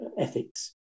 ethics